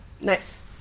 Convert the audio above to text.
Nice